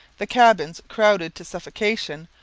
the cabins, crowded to suffocation,